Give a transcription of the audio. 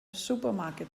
supermarket